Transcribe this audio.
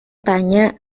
tanya